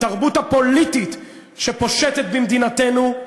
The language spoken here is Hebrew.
התרבות הפוליטית שפושטת במדינתנו,